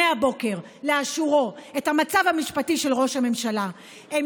מהבוקר, את המצב המשפטי של ראש הממשלה לאשורו.